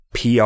PR